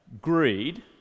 greed